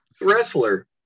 Wrestler